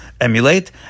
emulate